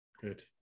Good